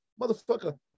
motherfucker